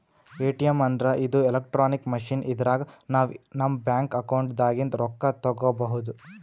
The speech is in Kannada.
ಎ.ಟಿ.ಎಮ್ ಅಂದ್ರ ಇದು ಇಲೆಕ್ಟ್ರಾನಿಕ್ ಮಷಿನ್ ಇದ್ರಾಗ್ ನಾವ್ ನಮ್ ಬ್ಯಾಂಕ್ ಅಕೌಂಟ್ ದಾಗಿಂದ್ ರೊಕ್ಕ ತಕ್ಕೋಬಹುದ್